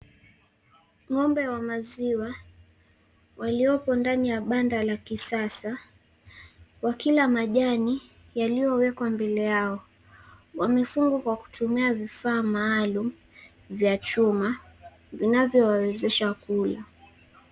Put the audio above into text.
Ng'ombe wa maziwa, walioko ndani ya banda la kisasa, wakila majani yaliyowekwa mbele yao, wamefungwa kutumia vifaa maalum vya chuma, vinavyowawezesha kula.